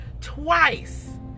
twice